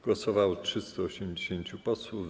Głosowało 380 posłów.